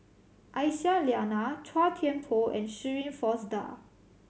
Aisyah Lyana Chua Thian Poh and Shirin Fozdar